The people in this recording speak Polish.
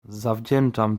zawdzięczam